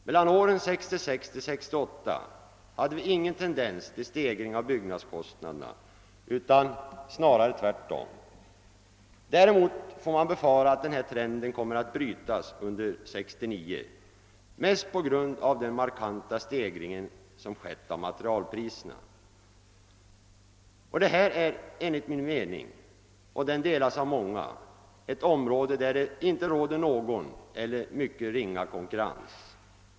Mellan åren 1966 och 1968 hade vi ingen tendens till stegring av byggnadskostnaderna, snarare tvärtom. Däremot får man befara att den här trenden kommer att brytas under 1969 mest på grund av den markanta stegringen av materialpriserna. Det här är enligt min mening — den delas av många — ett område där det inte råder någon eller mycket ringa konkurrens.